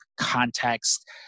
context